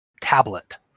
tablet